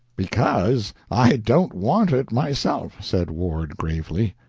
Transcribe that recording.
because i don't want it myself, said ward, gravely.